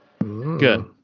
Good